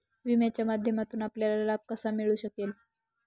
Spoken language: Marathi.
विम्याच्या माध्यमातून आपल्याला लाभ कसा मिळू शकेल?